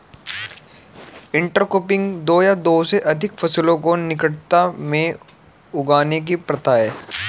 intercropping दो या दो से अधिक फसलों को निकटता में उगाने की प्रथा है